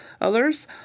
others